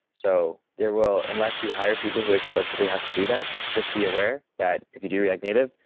so there will, unless you hire people who explicitly have to do that, just be aware that if you do react native,